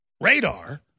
radar